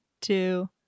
two